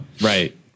right